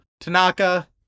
Tanaka